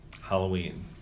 Halloween